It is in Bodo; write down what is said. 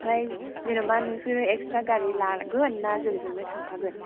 आमफ्राय जेन'बा नोंसोर एक्सट्रा गारि लागोन ना जोंजोंनो थांफागोन